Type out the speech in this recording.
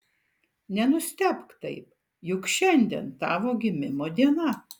nenustebk taip juk šiandien tavo gimimo diena